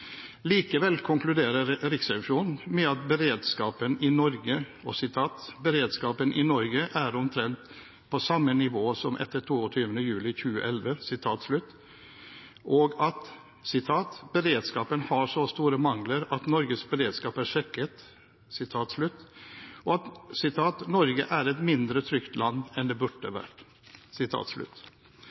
Likevel konkluderer Riksrevisjonen med at «beredskapen i Norge er omtrent på samme nivå som etter 22. juli», at beredskapen har så store «mangler at Norges beredskap er svekket», og at «Norge er et mindre trygt land enn det burde vært».